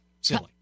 silly